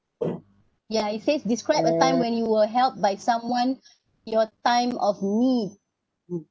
ya it says describe a time when you were helped by someone in your time of need